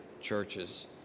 churches